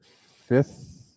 fifth